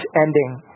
ending